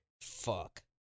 Fuck